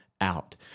out